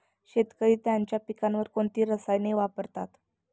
शेतकरी त्यांच्या पिकांवर कोणती रसायने वापरतात?